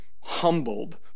humbled